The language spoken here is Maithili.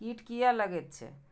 कीट किये लगैत छै?